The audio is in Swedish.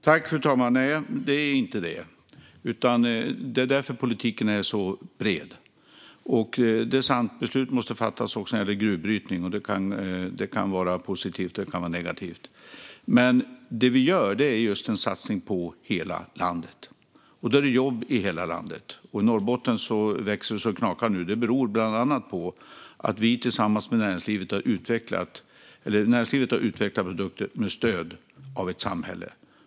Fru talman! Nej, det var det inte, och därför är vår politik bred. Det är sant att beslut måste fattas även när det gäller gruvbrytning, och de kan bli positiva eller negativa. Vi satsar på jobb i hela landet. I Norrbotten växer det nu så att det knakar, och det beror på de produkter som näringslivet utvecklat med stöd av samhället.